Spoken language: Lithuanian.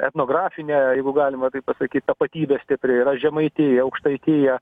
etnografinė jeigu galima taip pasakyt tapatybė stipri yra žemaitija aukštaitija